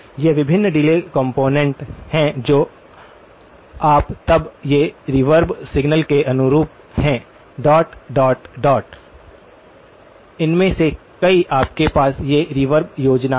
ये विभिन्न delay component हैं जो आप तब ये रिवर्ब सिग्नल्स के अनुरूप हैं डॉट डॉट डॉट उनमें से कई आपके पास ये रिवर्ब संयोजन हैं